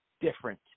different